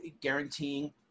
guaranteeing